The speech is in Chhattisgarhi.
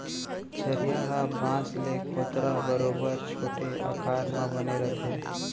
चरिहा ह बांस ले खोदरा बरोबर छोटे आकार म बने रथे